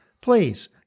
please